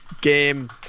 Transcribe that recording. game